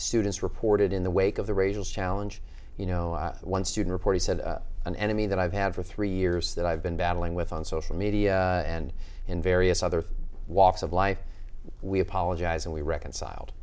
students reported in the wake of the racial challenge you know one student said an enemy that i've had for three years that i've been battling with on social media and in various other walks of life we apologize and we reconciled